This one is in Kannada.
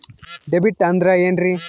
ಡಿ.ಬಿ.ಟಿ ಅಂದ್ರ ಏನ್ರಿ?